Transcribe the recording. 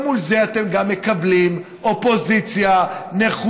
מול זה אתם גם מקבלים אופוזיציה נחושה,